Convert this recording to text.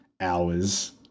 hours